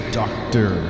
doctor